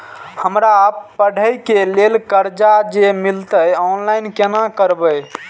हमरा पढ़े के लेल कर्जा जे मिलते ऑनलाइन केना करबे?